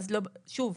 שוב,